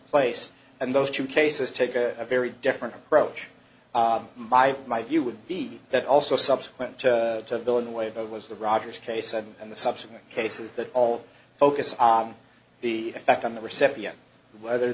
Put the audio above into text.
place and those two cases take a very different approach by my view would be that also subsequent to the bill in the way it was the rogers case and the subsequent cases that all focus on the effect on the recipient whether